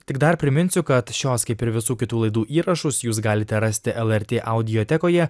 tik dar priminsiu kad šios kaip ir visų kitų laidų įrašus jūs galite rasti lrt audiotekoje